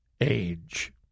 age